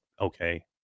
okay